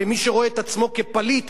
כמי שרואה את עצמו כפליט,